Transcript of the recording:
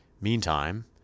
Meantime